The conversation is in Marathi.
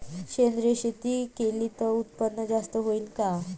सेंद्रिय शेती केली त उत्पन्न जास्त होईन का?